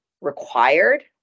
required